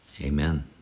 Amen